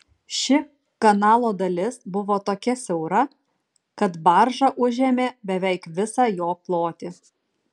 ši kanalo dalis buvo tokia siaura kad barža užėmė beveik visą jo plotį